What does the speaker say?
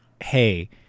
hey